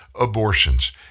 abortions